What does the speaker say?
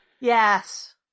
yes